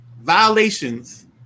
violations